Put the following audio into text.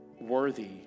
worthy